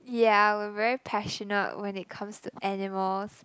yeah I'm a very passionate when it comes to animals